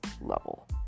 level